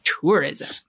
tourism